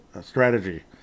strategy